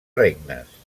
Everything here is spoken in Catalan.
regnes